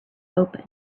open